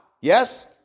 Yes